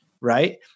Right